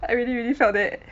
I really really felt that